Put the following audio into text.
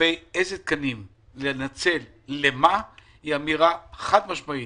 לגבי איזה תקנים לנצל עבור מה היא אמירה חד-משמעית